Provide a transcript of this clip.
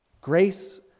Grace